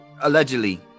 Allegedly